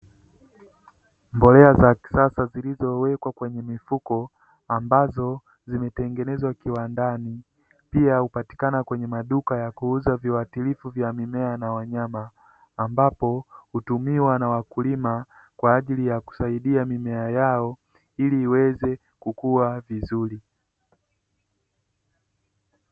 Mbolea za kisasa zilizowekwa kwenye mifuko ambazo zimetengenezwa kiwandani, pia hupatikana kwenye maduka ya kuuza viuatilifu vya mimea na wanyama ambapo hutumiwa na wakulima kwaajili ya kusaidia mimea yao ili iweze kukua vizuri.